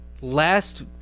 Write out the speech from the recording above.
last